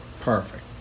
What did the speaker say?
Perfect